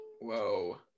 Whoa